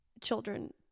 children